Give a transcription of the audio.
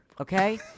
Okay